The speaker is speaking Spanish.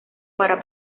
para